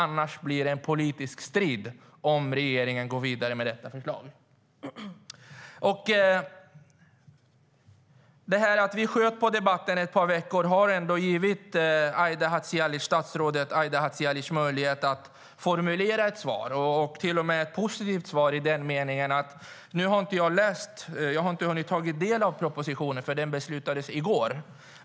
Det blir en politisk strid om regeringen går vidare med detta förslag. Jag har inte hunnit ta del av propositionen eftersom den beslutades i går.